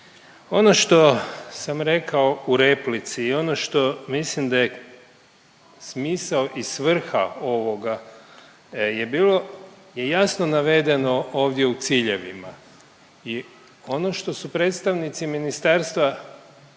Ono što sam rekao u replici i ono što mislim da je smisao i svrha ovoga je bilo, je jasno navedeno ovdje u ciljevima i ono što su predstavnici ministarstva